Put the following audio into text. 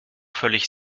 völlig